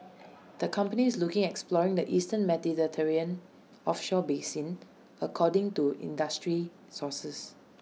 the company is looking at exploring the eastern Mediterranean offshore basin according to industry sources